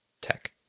tech